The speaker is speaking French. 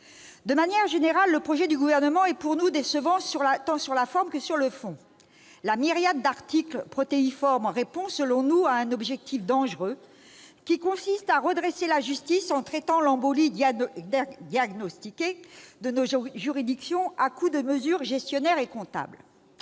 De manière générale, le projet du Gouvernement nous déçoit tant sur la forme que sur le fond. Une myriade d'articles protéiformes expriment un objectif dangereux : il s'agirait de redresser la justice en traitant l'embolie diagnostiquée de nos juridictions à coups de mesures gestionnaires et comptables.